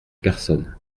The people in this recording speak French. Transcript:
personne